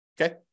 Okay